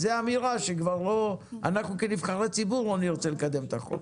זו אמירה שכבר אנחנו כנבחרי ציבור לא נרצה לקדם את החוק.